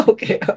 Okay